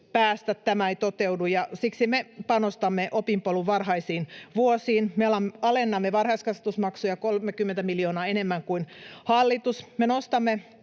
päästä ja tämä ei toteudu, ja siksi me panostamme opinpolun varhaisiin vuosiin: me alennamme varhaiskasvatusmaksuja 30 miljoonaa enemmän kuin hallitus, ja me nostamme